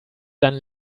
dann